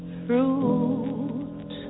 fruit